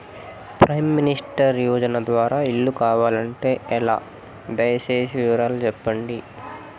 Prime minister యోజన ద్వారా ఇల్లు కావాలంటే ఎలా? దయ సేసి వివరాలు సెప్పండి?